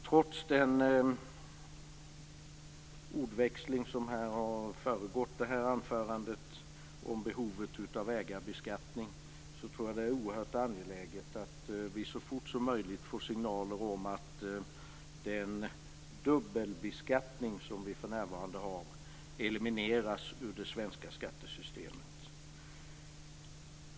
Trots den ordväxling som har föregått det här anförandet om behovet av ägarbeskattning tror jag att det är oerhört angeläget att vi så fort som möjligt får signaler om att den dubbelbeskattning som vi för närvarande har skall elimineras ur det svenska skattesystemet.